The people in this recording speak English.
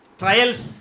trials